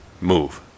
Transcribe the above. move